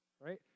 right